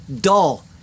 dull